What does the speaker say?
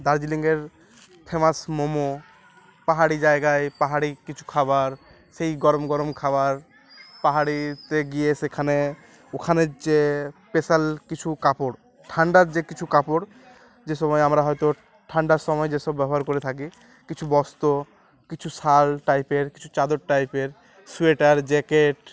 দার্জিলিংয়ের ফেমাস মোমো পাহাড়ি জায়গায় পাহাড়ি কিছু খাবার সেই গরম গরম খাবার পাহাড়িতে গিয়ে সেখানে ওখানের যে স্পেশাল কিছু কাপড় ঠান্ডার যে কিছু কাপড় যে সময় আমরা হয়তো ঠান্ডার সময় যেসব ব্যবহার করে থাকি কিছু বস্ত্র কিছু সাল টাইপের কিছু চাদর টাইপের সোয়েটার জ্যাকেট